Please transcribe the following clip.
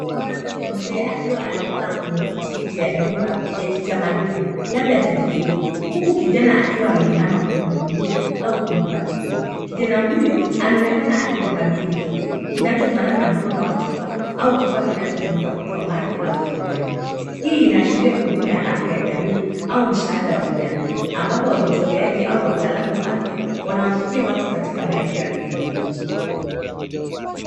Mwanamke mzee akiwa amekaa kwenye kiti nje ya nyumba ya kitamaduni, labda kijijini, huku kijana akiwa ameinama kumhudumia au kumpa kitu. Kijana huyo anaonekana akimkabidhi kitu, kinachofanana na mkono wa chupa, au kifaa kinachotumika kutoa maziwa au kinywaji. Hii inaashiria huduma ya afya ya jamii au msaada wa kijamii, ambapo wajitoleaji au wataalamu wa afya, wanawafikia watu katika maeneo ya vijijini.